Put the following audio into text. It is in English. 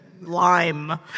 Lime